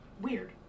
weird